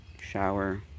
shower